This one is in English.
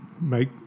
make